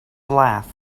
laughed